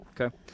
Okay